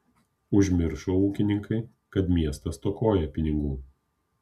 užmiršo ūkininkai kad miestas stokoja pinigų